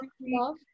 love